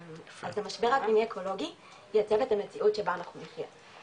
אז זה משבר אקלימי אקולוגי מייצר את המציאות שבה אנחנו נחיה,